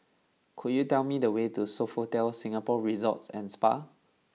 could you tell me the way to Sofitel Singapore Resort and Spa